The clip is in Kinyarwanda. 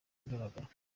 ahagaragara